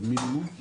במינימום,